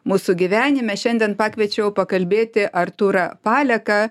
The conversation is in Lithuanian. mūsų gyvenime šiandien pakviečiau pakalbėti artūrą paleką